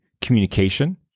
communication